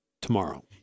Tomorrow